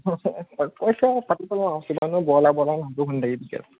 কৈছে আও পাতি পেলাওঁ আও কিমাননো আও বৰলা বৰলা নামটো শুনি থাকিবি